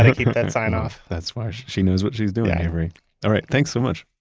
and keep that sign-off. that's smart. she knows what she's doing, avery all right, thanks so much